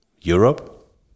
Europe